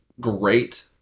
great